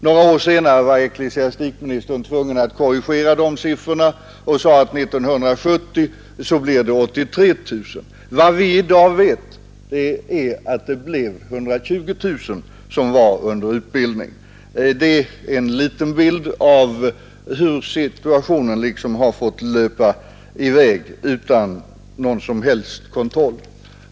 Några år senare var ecklesiastikministern tvungen att korrigera dessa siffror. Han sade att det blir 83 000 år 1970. Vad vi i dag vet är att det blev 120 000 som var under utbildning. Detta är en liten bild av hur situationen fått löpa i väg utan någon som helst kontroll.